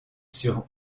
sur